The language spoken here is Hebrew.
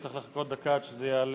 צריך לחכות דקה עד שזה יעלה.